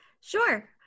Sure